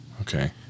Okay